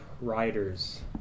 riders